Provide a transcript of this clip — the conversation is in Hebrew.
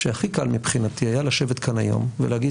שהכי קל מבחינתי היה לשבת כאן היום ולהגיד